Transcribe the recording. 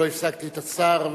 לא הפסקתי את השר,